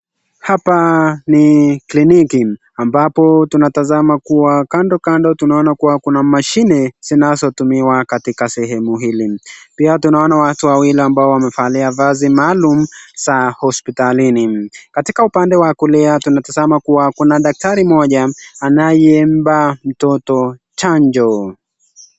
Hapa ni kliniki ,ambapo tunatazama kuwa, kando kando tunaona kuwa kuna mashini zinazotumiwa katika sehemu hili , pia tunaona watu Wawili ambao wamevalia mavazi maalum za hospitalini, katika upande wa kulia tunatazama kuwa kuna Daktari moja anayempa mtoto chanjo.